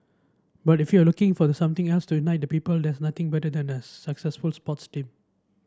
but if you're looking for the something has to unite the people there's nothing better than a successful sports team